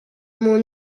mon